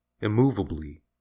immovably